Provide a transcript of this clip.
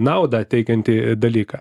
naudą teikiantį dalyką